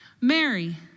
Mary